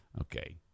okay